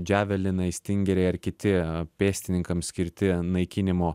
dževelinai stingeriai ar kiti pėstininkams skirti naikinimo